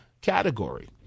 category